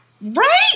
Right